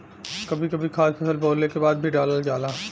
कभी कभी खाद फसल बोवले के बाद भी डालल जाला